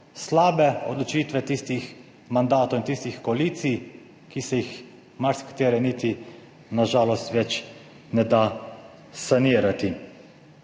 Slabe odločitve tistih mandatov in tistih koalicij, ki se jih marsikatere niti na žalost več ne da sanirati.